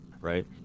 right